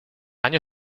año